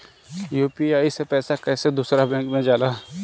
UPI से पैसा कैसे दूसरा बैंक मे जाला?